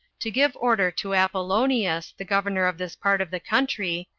to give order to apollonius, the governor of this part of the country,